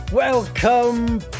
Welcome